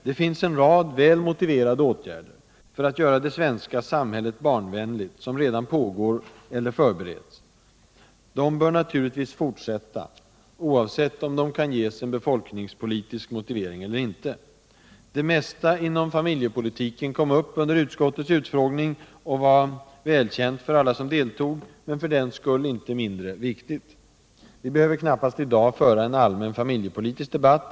Det finns en rad väl motiverade åtgärder för att göra det svenska samhället barnvänligt som redan pågår eller förbereds. De bör naturligtvis fortsätta, oavsett om de kan ges en befolkningspolitisk motivering eller inte. Det mesta inom familjepolitiken kom upp under utskottets utfrågning och var välkänt för alla som deltog men för den skull inte mindre viktigt. Vi behöver i dag knappast föra en allmän familjepolitisk debatt.